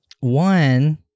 one